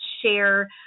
share